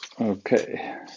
Okay